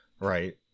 Right